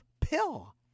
Pill